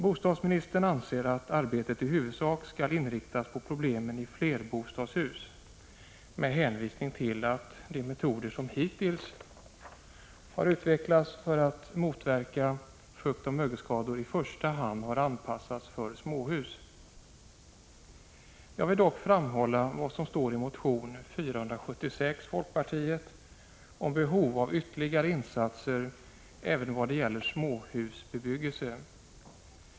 Bostadsministern anser att arbetet i huvudsak skall inriktas på problem i flerbostadshus, med hänvisning till att de metoder som hittills har utvecklats för att motverka fuktoch 59 mögelskador i första hand har anpassats för småhus. Jag vill dock framhålla vad som står i folkpartiets motion, nr 476, om behov av ytterligare insatser även vad gäller småhusbebyggelse.